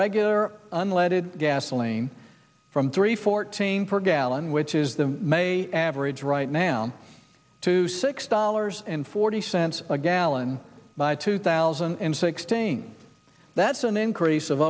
regular unleaded gasoline from three fourteen per gallon which is the may average right now to six dollars and forty cents a gallon by two thousand and sixteen that's an increase of